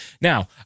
Now